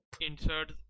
Insert